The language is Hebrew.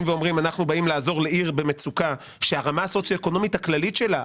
שהכוונה תהיה לעזור לעיר במצוקה שהרמה הסוציו-אקונומית הכללית שלה,